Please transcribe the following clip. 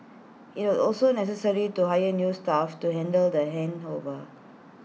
IT was also necessary to hire new staff to handle the handover